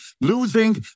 losing